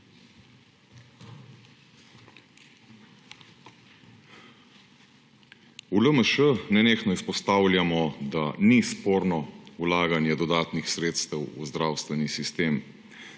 V LMŠ nenehno izpostavljamo, da ni sporno vlaganje dodatnih sredstev v zdravstveni sistem,